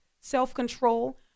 self-control